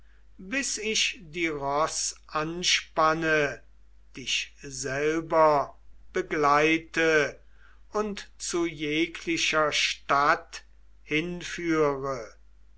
bis ich die ross anspanne dich selber begleite und zu jeglicher stadt hinführe